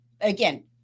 Again